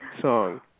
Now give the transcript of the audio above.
song